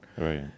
Right